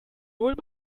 ulm